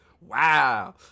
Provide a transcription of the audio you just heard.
Wow